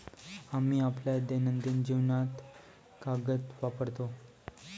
आम्ही आपल्या दैनंदिन जीवनात कागद वापरतो